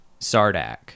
sardak